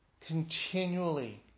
continually